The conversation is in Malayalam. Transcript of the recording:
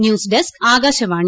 news desk Akashvani